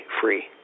free